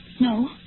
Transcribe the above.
No